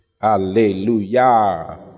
Hallelujah